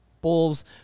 bulls